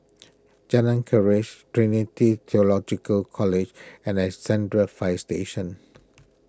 Jalan Keris Trinity theological College and Alexandra Fire Station